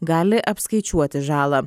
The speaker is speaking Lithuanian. gali apskaičiuoti žalą